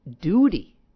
duty